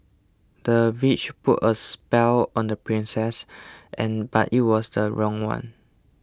the witch put a spell on the princess and but it was the wrong one